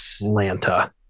Atlanta